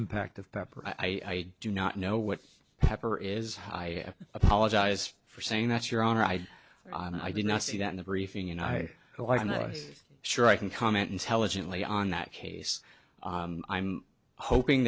impact of pepper i do not know what pepper is i apologize for saying that your honor i i did not see that in the briefing and i well i'm not sure i can comment intelligently on that case i'm hoping